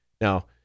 Now